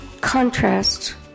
contrast